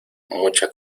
mucha